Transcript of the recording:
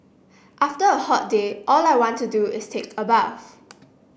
after a hot day all I want to do is take a bath